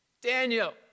Daniel